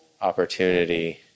opportunity